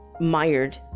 mired